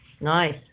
Nice